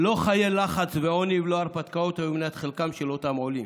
לא חיי לחץ ועוני ולא הרפתקאות היו מנת חלקם של אותם עולים.